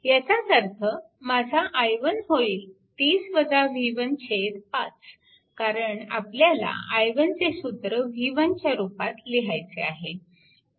याचाच अर्थ माझा i1 होईल 5 कारण आपल्याला i1चे सूत्र v1 च्या रूपात लिहायचे आहे